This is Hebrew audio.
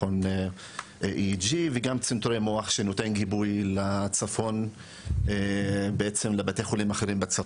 מכון EEG וגם צנתורי מוח שנותן גיבוי בעצם לבתי חולים אחרים בצפון.